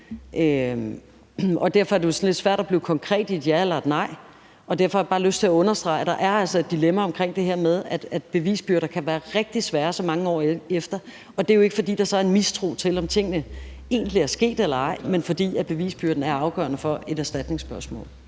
og derfor er det lidt svært at blive konkret i et ja eller nej. Derfor har jeg bare lyst til at understrege, at der altså er dilemma omkring det her med, at bevisbyrder kan være rigtig svære så mange år efter. Det er jo ikke, fordi der så er en mistro til, om tingene egentlig er sket eller ej, men fordi bevisbyrden er afgørende for et erstatningsspørgsmål.